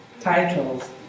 titles